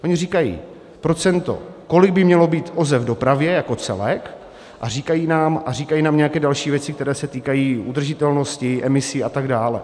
Oni říkají procento, kolik by mělo být OZE v dopravě jako celek, a říkají nám nějaké další věci, které se týkají udržitelnosti, emisí a tak dále.